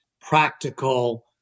practical